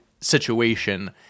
situation